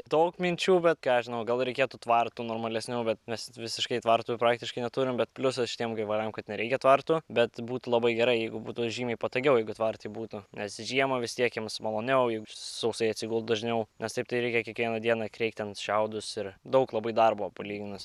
daug minčių bet ką aš žinau gal reikėtų tvartų normalesnių bet mes visiškai tvartų praktiškai neturim bet pliusas šitiem gyvuliam kad nereikia tvartų bet būtų labai gerai jeigu būtų žymiai patogiau jeigu tvarte būtų nes žiemą vis tiek jiems maloniau juk sausai atsigult dažniau nes taip tai reikia kiekvieną dieną kreikti ten šiaudus ir daug labai darbo palyginus